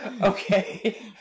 okay